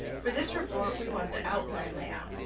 for this report we want the outline layout.